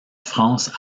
france